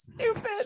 Stupid